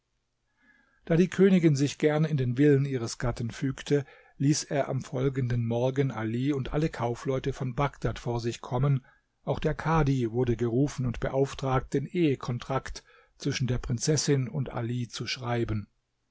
da die königin sich gern in den willen ihres gatten fügte ließ er am folgenden morgen ali und alle kaufleute von bagdad vor sich kommen auch der kadhi wurde gerufen und beauftragt den ehekontrakt zwischen der prinzessin und ali zu schreiben